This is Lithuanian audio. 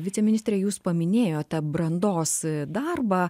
viceministre jūs paminėjote brandos darbą